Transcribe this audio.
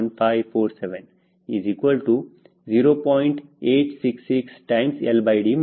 866LDmax ಇದು ಅರ್ಥವಾಯಿತಾ